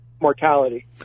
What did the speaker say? Mortality